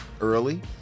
early